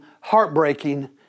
heartbreaking